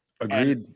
Agreed